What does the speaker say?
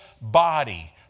body